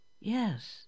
Yes